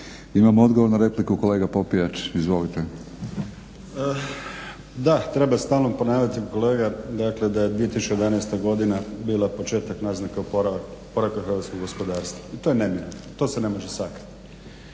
Imamo odgovor na repliku, kolega Popijač. Izvolite. **Popijač, Đuro (HDZ)** Da treba stalno ponavljati kolega da je 2011. godina bila početak naznaka oporavka hrvatskog gospodarstva i to je nebitno, to se ne može sakriti.